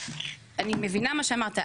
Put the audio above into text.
אני מבינה מה שאמרת,